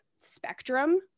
spectrum